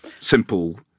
simple